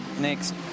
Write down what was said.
next